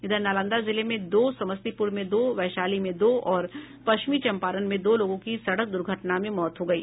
इधर नालंदा जिले में दो समस्तीपुर में दो वैशाली में दो और पश्चिमी चंपारण में दो लोगों की सड़क दुर्घटना में मौत हो गयी